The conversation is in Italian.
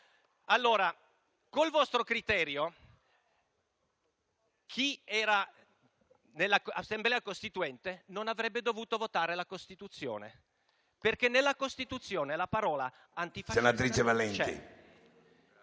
Allora, stando al vostro criterio, chi era nell'Assemblea costituente non avrebbe dovuto votare la Costituzione, perché nella Costituzione la parola antifascista non c'è.